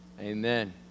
Amen